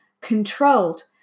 Controlled